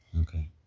Okay